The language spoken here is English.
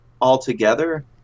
altogether